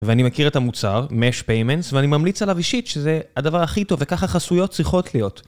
ואני מכיר את המוצר, משפיימנס, ואני ממליץ עליו אישית שזה הדבר הכי טוב, וככה חסויות צריכות להיות.